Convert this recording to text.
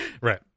Right